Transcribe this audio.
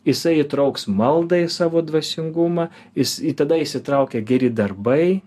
jisai įtrauks maldai savo dvasingumą jis tada įsitraukia geri darbai